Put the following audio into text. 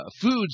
foods